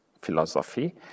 Philosophy